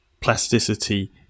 plasticity